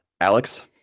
Alex